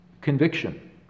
Conviction